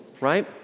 Right